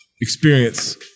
experience